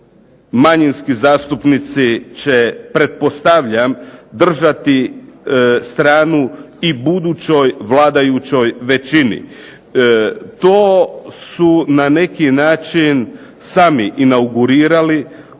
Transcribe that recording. manjinski zastupnici će pretpostavljam držati stranu i budućoj vladajućoj većini. To su na neki način sami inaugurirali,